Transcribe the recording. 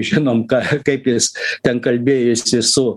žinom ką kaip jis ten kalbėjosi su